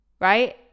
right